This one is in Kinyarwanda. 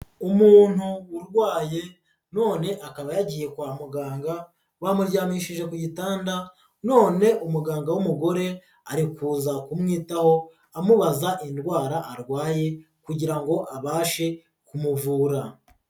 Umuntu urwaye none akaba yagiye kwa muganga bamumuryamishije ku gitanda none umuganga w'umugore arikuza kumwitaho amubaza indwara arwaye kugira ngo abashe kumuvura.